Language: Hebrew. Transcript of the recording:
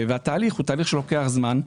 התהליך הוא תהליך שלוקח זמן.